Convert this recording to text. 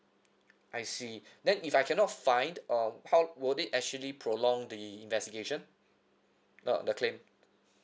I see then if I cannot find uh how will it actually prolong the investigation uh the claim